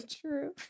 true